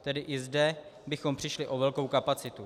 Tedy i zde bychom přišli o velkou kapacitu.